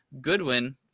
Goodwin